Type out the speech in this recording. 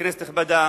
כנסת נכבדה,